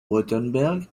wurtemberg